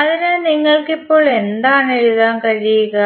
അതിനാൽ നിങ്ങൾക്ക് ഇപ്പോൾ എന്താണ് എഴുതാൻ കഴിയുക